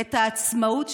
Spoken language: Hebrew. את העצמאות שלה,